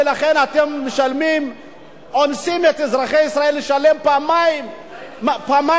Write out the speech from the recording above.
ולכן אתם אונסים את אזרחי ישראל לשלם פעמיים מסים.